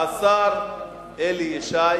השר אלי ישי